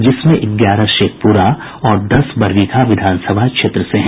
जिसमें ग्यारह शेखप्रा और दस बरबीघा विधानसभा क्षेत्र के हैं